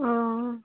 ओ